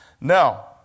Now